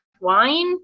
wine